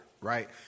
right